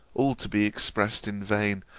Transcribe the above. all to be expressed in vain,